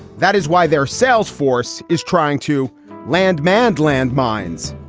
that is why their sales force is trying to land mand land mines.